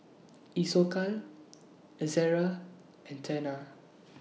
Isocal Ezerra and Tena